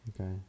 okay